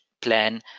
plan